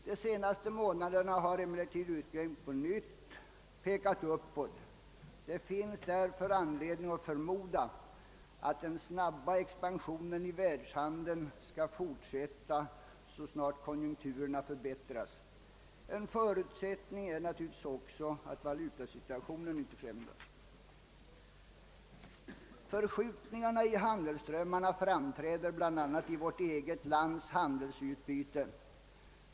De senaste månaderna har emellertid utvecklingen på nytt pekat uppåt. Det finns också anledning att förmoda att den snabba expansionen i världshandeln skall fortsätta så snart konjunkturerna förbättras. En förutsättning är naturligtvis att valutasituationen inte försämras. Förskjutningarna i handelsströmmarna framträder bl.a. i vårt eget lands handelsutbyte.